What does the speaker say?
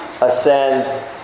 ascend